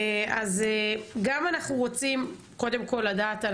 אז גם אנחנו רוצים קודם כל לדעת על